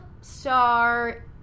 star